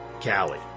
Callie